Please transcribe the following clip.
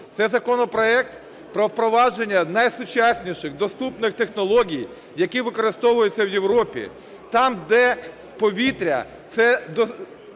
Це законопроект про впровадження найсучасніших доступних технологій, які використовуються в Європі, там, де повітря – це